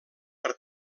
per